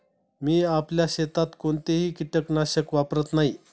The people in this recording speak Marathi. मी आपल्या शेतात कोणतेही कीटकनाशक वापरत नाही